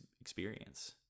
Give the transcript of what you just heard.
experience